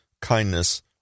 kindness